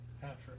Patrick